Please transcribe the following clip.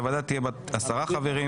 הוועדה תהיה בת 10 חברים,